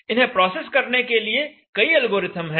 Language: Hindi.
इन्हें प्रोसेस करने के लिए कई एल्गोरिदम हैं